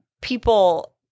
people